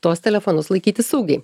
tuos telefonus laikyti saugiai